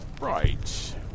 Right